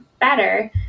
better